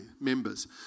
members